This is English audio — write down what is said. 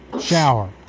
Shower